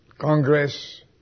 Congress